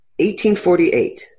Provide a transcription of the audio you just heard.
1848